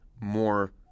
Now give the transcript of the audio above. more